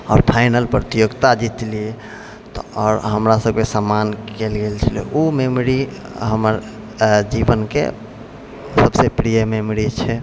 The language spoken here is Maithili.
आओर फाइनल प्रतियोगिता जितलिए तऽ आओर हमरासबके सम्मान कएल गेल छलै ओ मेमोरी हमर जीवनके सबसँ प्रिय मेमोरी छै